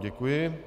Děkuji.